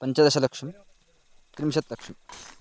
पञ्चदशलक्षं त्रिंशत्लक्षम्